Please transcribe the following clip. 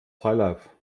freilauf